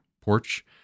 porch